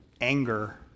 Anger